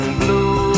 blue